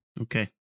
Okay